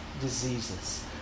diseases